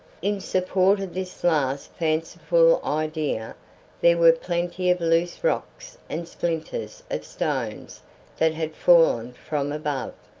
in support of this last fanciful idea there were plenty of loose rocks and splinters of stones that had fallen from above,